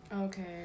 Okay